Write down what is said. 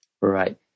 Right